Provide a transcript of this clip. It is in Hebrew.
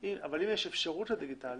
אם יש אפשרות לדיגיטלי,